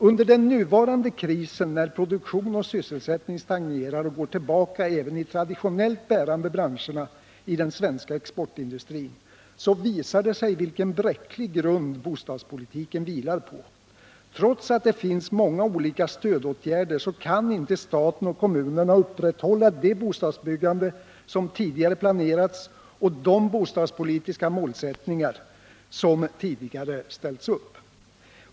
Under den nuvarande krisen, när produktion och sysselsättning stagnerar och går tillbaka även i de traditionellt bärande branscherna i den svenska exportindustrin, visar det sig vilken bräcklig grund bostadspolitiken vilar på. Trots att det finns många olika stödåtgärder kan inte staten och kommunerna upprätthålla det bostadsbyggande som tidigare planerats och de bostadspolitiska målsättningar som tidigare ställts upp.